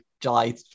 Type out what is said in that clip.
July